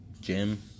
gym